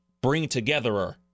bring-togetherer